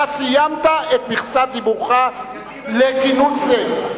אתה סיימת את מכסת דיבורך לכינוס זה.